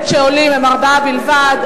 שעולים הם ארבעה בלבד.